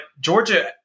Georgia